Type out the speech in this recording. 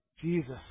Jesus